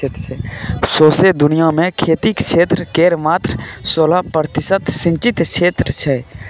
सौंसे दुनियाँ मे खेतीक क्षेत्र केर मात्र सोलह प्रतिशत सिचिंत क्षेत्र छै